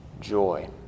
joy